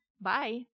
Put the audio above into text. Bye